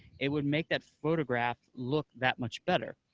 it would make that photograph look that much better.